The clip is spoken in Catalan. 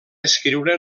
escriure